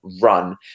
run